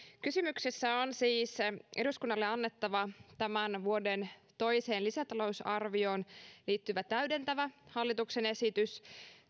kysymyksessä on siis eduskunnalle annettava tämän vuoden toiseen lisätalousarvioon liittyvä täydentävä hallituksen esitys